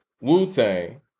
Wu-Tang